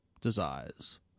desires